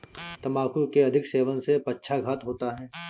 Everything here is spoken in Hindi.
तंबाकू के अधिक सेवन से पक्षाघात होता है